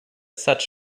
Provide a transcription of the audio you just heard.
such